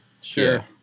sure